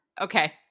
Okay